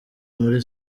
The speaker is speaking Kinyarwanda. muri